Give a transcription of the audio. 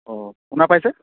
অঁ শুনা পাইছে